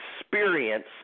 experience